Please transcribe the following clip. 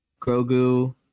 Grogu